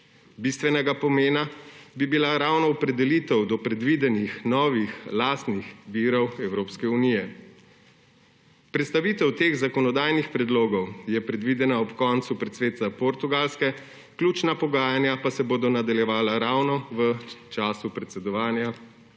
Bistvenega pomena bi bila ravno opredelitev do predvidenih novih lastnih virov evropske unije. Predstavitev teh zakonodajnih predlogov je predvidena ob koncu predsedstva Portugalske, ključna pogajanja pa se bodo nadaljevala ravno v času predsedovanja